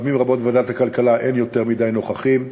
פעמים רבות בוועדת הכלכלה אין יותר מדי נוכחים,